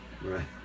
Right